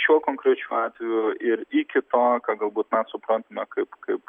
šiuo konkrečiu atveju ir iki to ką galbūt mes suprantame kaip kaip